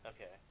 Okay